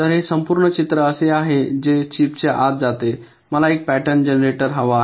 तर हे संपूर्ण चित्र असे आहे जे चिपच्या आत जाते मला एक पॅटर्न जनरेटर हवा आहे